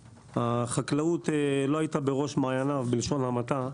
שהחקלאות לא הייתה בראש מעייניו בלשון המעטה,